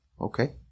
okay